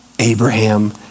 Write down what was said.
Abraham